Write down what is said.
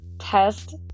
test